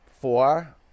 four